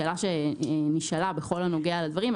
לשאלה שנשאלה בכל הנוגע לדברים.